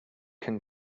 can